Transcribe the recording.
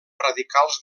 radicals